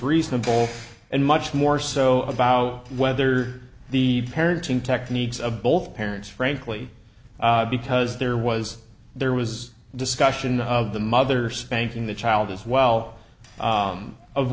reasonable and much more so about whether the parenting techniques of both parents frankly because there was there was discussion of the mother spanking the child as well